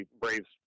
Braves